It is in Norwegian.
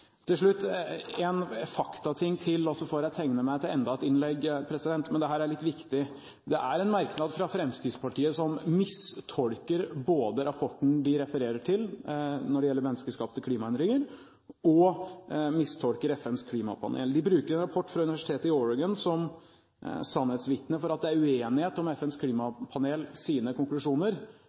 Til slutt – en faktating til før jeg tegner meg til enda et innlegg, men dette er litt viktig: Det er en merknad fra Fremskrittspartiet hvor partiet mistolker både rapporten de refererer til når det gjelder menneskeskapte klimaendringer, og FNs klimapanel. De bruker en rapport fra universitetet i Oregon som sannhetsvitne for at det er uenighet om FNs klimapanels konklusjoner.